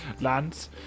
lands